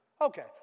Okay